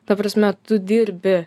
ta prasme tu dirbi